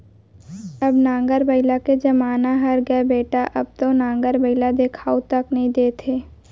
अब नांगर बइला के जमाना हर गय बेटा अब तो नांगर बइला देखाउ तक नइ देत हे